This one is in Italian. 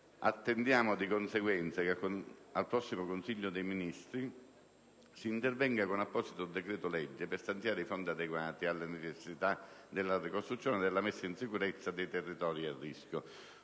Attendiamo di conseguenza che al prossimo Consiglio dei ministri si intervenga con un apposito decreto-legge per stanziare i fondi adeguati alle necessità della ricostruzione e della messa in sicurezza dei territori a rischio.